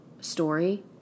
story